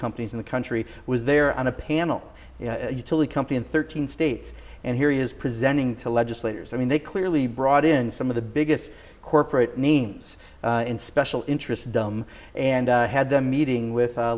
companies in the country was there on a panel utility company in thirteen states and here he is presenting to legislators i mean they clearly brought in some of the biggest corporate names in special interest done and had a meeting with